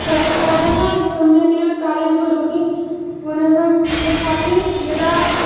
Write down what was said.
सर्वकारः सम्यक् एव कार्यं करोति पुनः तथापि यदा